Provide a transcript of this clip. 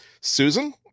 Susan